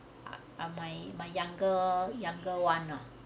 ah my my younger younger one ah